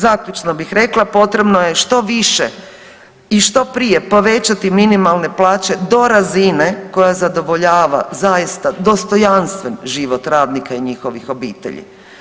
Zaključno bih rekla, potrebno je što više i što prije povećati minimalne plaće do razine koja zadovoljava zaista dostojanstven život radnika i njihovih obitelji.